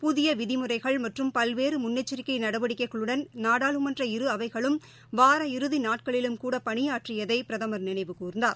புதிய விதிமுறைகள் மற்றும் பல்வேறு முன்னெச்சிக்கை நடவடிக்கைகளுடன் நாடாளுமன்ற இரு அவைகளும் வார இறுதி நாட்களிலும்கூட பணியாற்றியதை பிரதமர் நினைவு கூர்ந்தார்